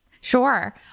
Sure